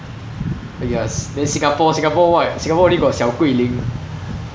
ya then singapore singapore what singapore only got 小桂林